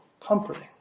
comforting